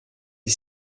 est